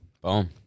boom